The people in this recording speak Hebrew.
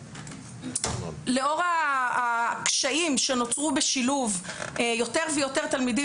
לאור הקשיים שנוצרו בשילוב יותר ויותר תלמידים